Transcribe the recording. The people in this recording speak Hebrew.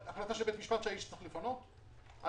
בהחלטה שנתקבלה לפני פחות משנה,